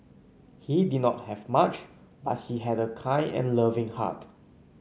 he did not have much but he had a kind and loving heart